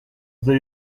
the